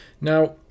Now